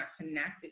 connected